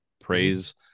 praise